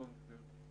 "מאוחדת"